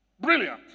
Brilliant